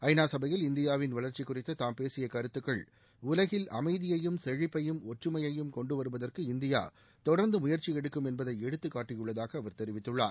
ஐநா சபையில் இந்தியாவின் வளர்ச்சி குறித்து தாம் பேசிய கருத்துக்கள் உலகில் அமைதியையும் செழிப்பையும் ஒற்றுமையையும் கொண்டு வருவதற்கு இந்தியா தொடர்ந்து முயற்சி எடுக்கும் என்பதை எடுத்துக்காட்டியுள்ளதாக அவர் தெரிவித்துள்ளார்